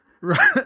Right